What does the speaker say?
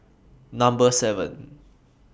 Number seven